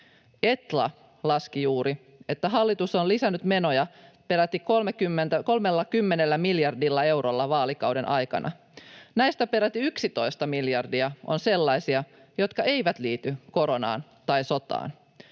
Etla laski juuri, että hallitus on lisännyt menoja peräti 30 miljardilla eurolla vaalikauden aikana. Näistä peräti 11 miljardia on sellaisia, jotka eivät liity koronaan tai sotaan.